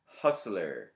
Hustler